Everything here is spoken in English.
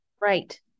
Right